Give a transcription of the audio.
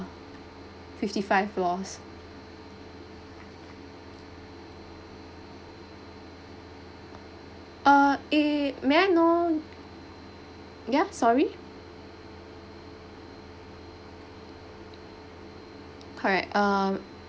fifty five floors err eh may I know ya sorry correct err